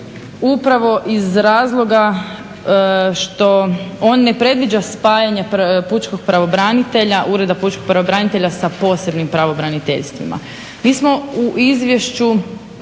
Upravo iz razloga što on ne predviđa spajanje pučkog pravobranitelja, Ureda pučkog pravobranitelja